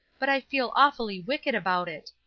but i feel awfully wicked about it.